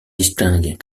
distingue